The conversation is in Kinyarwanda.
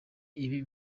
ibi